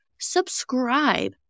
subscribe